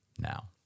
now